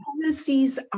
policies